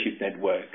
network